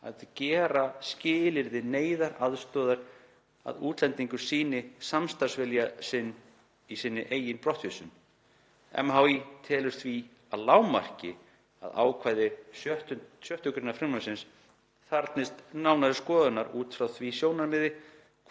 að gera skilyrði neyðaraðstoðar að útlendingur sýni samstarfsvilja í sinni eigin brottvísun. MHÍ telur því að lágmarki að ákvæði 6. gr. frumvarpsins þarfnist nánari skoðunar út frá því sjónarmiði